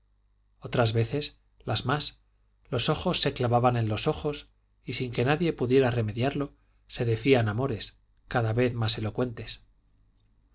otras veces las más los ojos se clavaban en los ojos y sin que nadie pudiera remediarlo se decían amores cada vez más elocuentes